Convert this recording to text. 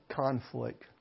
conflict